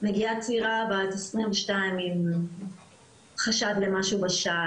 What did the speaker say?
מגיעה צעירה בת 22 עם חשד למשהו בשד,